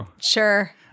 Sure